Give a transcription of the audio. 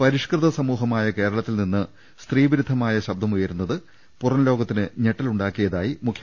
പരിഷ്കൃത സമൂഹമായ കേരളത്തിൽ നിന്ന് സ്ത്രീവിരുദ്ധമായ ശബ്ദമുയരുന്നത് പുറം ലോകത്തിന് ഞെട്ടലുണ്ടാക്കിയതായി മുഖ്യമന്ത്രി വിലയിരുത്തി